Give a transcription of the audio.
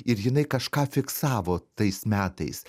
ir jinai kažką fiksavo tais metais